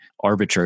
arbitrary